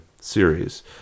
series